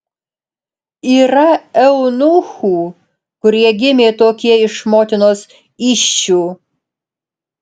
yra eunuchų kurie gimė tokie iš motinos įsčių